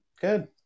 Good